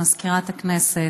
מזכירת הכנסת,